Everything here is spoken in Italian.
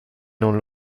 non